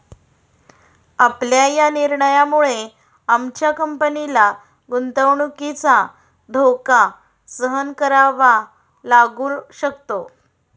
आपल्या या निर्णयामुळे आमच्या कंपनीला गुंतवणुकीचा धोका सहन करावा लागू शकतो